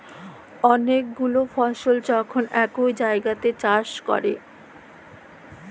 ম্যালা গুলা ফসল যখল ইকই জাগাত চাষ ক্যরে